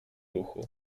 ruchu